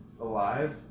alive